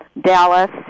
Dallas